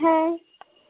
হ্যাঁ